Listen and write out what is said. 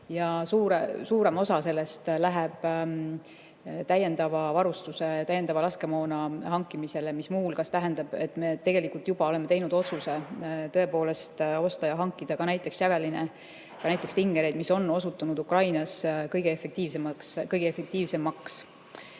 Suurem osa sellest läheb täiendava varustuse, täiendava laskemoona hankimisele, mis muu hulgas tähendab, et me tegelikult juba oleme teinud otsuse tõepoolest osta ja hankida ka näiteks Javeline, ka näiteks Stingereid, mis on osutunud Ukrainas kõige efektiivsemaks.